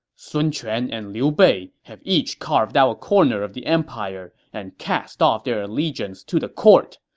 sun quan and liu bei have each carved out a corner of the empire and cast off their allegiance to the court,